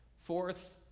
fourth